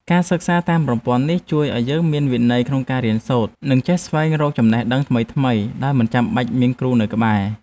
ការសិក្សាតាមប្រព័ន្ធនេះជួយឱ្យយើងមានវិន័យក្នុងការរៀនសូត្រ និងចេះស្វែងរកចំណេះដឹងថ្មីៗដោយមិនចាំបាច់មានគ្រូនៅក្បែរ។